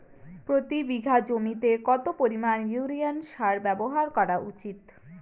প্রতি বিঘা জমিতে কত পরিমাণ ইউরিয়া সার ব্যবহার করা উচিৎ?